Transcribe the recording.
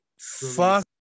Fuck